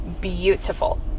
beautiful